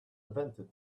invented